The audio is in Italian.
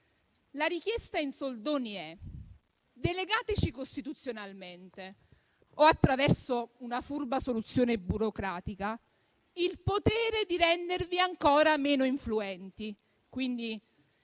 La richiesta in soldoni è la seguente: delegateci costituzionalmente, o attraverso una furba soluzione burocratica, il potere di rendervi ancora meno influenti. Quindi